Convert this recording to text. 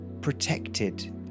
protected